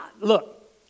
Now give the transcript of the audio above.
look